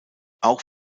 auch